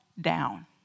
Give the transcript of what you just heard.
down